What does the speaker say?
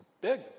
big